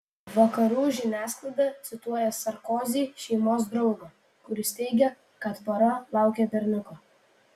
vakarų žiniasklaida cituoja sarkozy šeimos draugą kuris teigia kad pora laukia berniuko